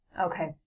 Okay